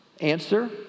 Answer